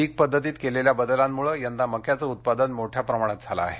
पीक पद्धतीत केलेल्या बदलांमुळे यंदा मक्याचं उत्पादन मोठ्या प्रमाणात झालं आहे